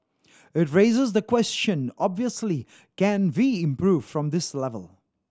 it raises the question obviously can we improve from this level